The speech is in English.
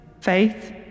faith